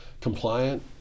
compliant